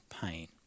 pain